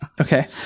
Okay